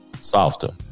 Softer